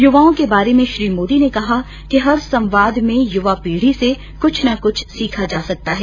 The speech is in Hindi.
युवाओं के बारे में श्री मोदी ने कहा कि हर संवाद में युवा पीढ़ी से कुछ न कुछ सीखा जा सकता है